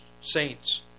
saints